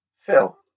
Phil